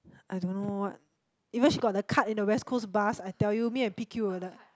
I don't know what even she got the card in the West Coast school bus I tell you me and P_Q we were like